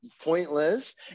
pointless